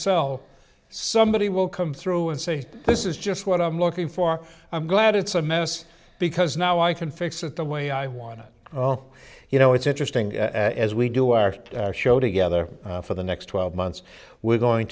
sell somebody will come through and say this is just what i'm looking for i'm glad it's a mess because now i can fix it the way i want it oh you know it's interesting as we do our show together for the next twelve months we're going